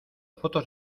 fotos